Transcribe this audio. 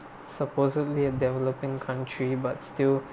supposedly a developing country but still